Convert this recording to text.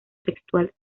textual